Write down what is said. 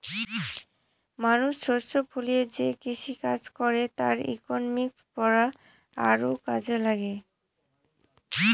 মানুষ শস্য ফলিয়ে যে কৃষিকাজ করে তার ইকনমিক্স পড়া আরও কাজে লাগে